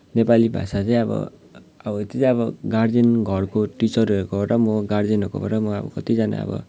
नेपाली भाषा चाहिँ अब अब त्यो चाहिँ अब गार्जेन घरको टिचरहरूकोबाट पनि हो गार्जेनहरूकोबाट पनि हो अब कतिजना अब